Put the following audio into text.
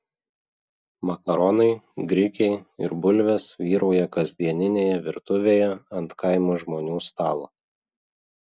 makaronai grikiai ir bulvės vyrauja kasdieninėje virtuvėje ant kaimo žmonių stalo